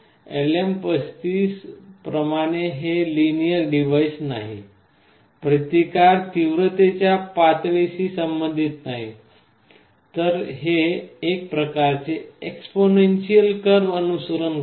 LM35 प्रमाणे हे linear device नाही प्रतिकार तीव्रतेच्या पातळीशी संबंधित नाही तर हे या प्रकारचे एक्सपोनेंसीएल कर्व अनुसरण करते